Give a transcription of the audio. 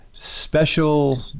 Special